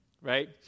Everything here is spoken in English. right